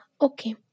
Okay